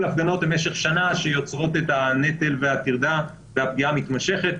הפגנות במשך שנה שיוצרות את הנטל והפגיעה המתמשכת.